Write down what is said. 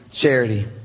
Charity